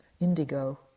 indigo